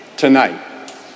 Tonight